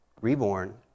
reborn